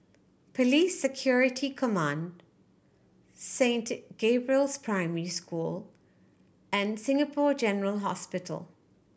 Police Security Command Saint Gabriel's Primary School and Singapore General Hospital